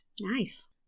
Nice